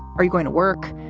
are you going to work?